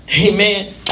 Amen